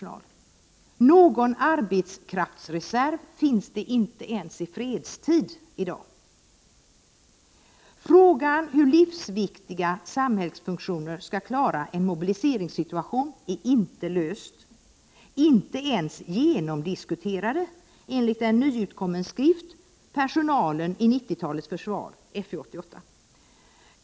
Någon arbetskraftsreserv finns det inte ens i fredstid. Frågan hur livsviktiga samhällsfunktioner skall klaras i en mobiliseringssituation är inte löst, inte ens genomdiskuterad enligt en nyutkommen skrift, Personalen i 90-talets försvar, FU88.